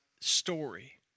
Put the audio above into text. story